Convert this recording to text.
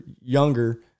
younger